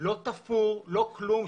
לא תפור, לא כלום.